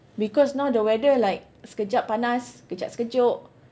because now the weather like sekejap panas sekejap sejuk